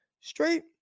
straight